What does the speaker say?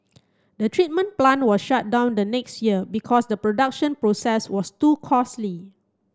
the treatment plant was shut down the next year because the production process was too costly